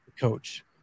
coach